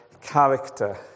character